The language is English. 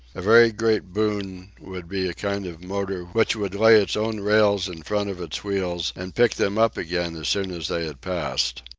a very great boon would be a kind of motor which would lay its own rails in front of its wheels and pick them up again as soon as they had passed.